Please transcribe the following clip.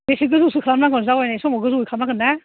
बेसे गोजौसो खालामनांगोन जावैनाय समाव गोजौ गोजौ खालामनांगोन ना